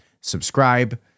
Subscribe